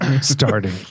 starting